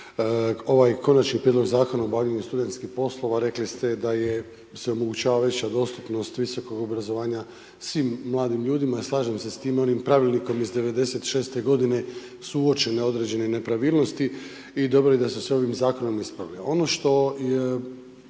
Ovaj Konačni prijedlog Zakona o obavljanju studentskih poslova, rekli ste da je, se omogućavala veća dostupnost visokog obrazovanja svim mladim ljudima. Slažem se sa time. Onim pravilnikom iz '96. godine su uočene određene nepravilnosti. I dobro je da su se ovim zakonom ispravile.